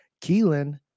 Keelan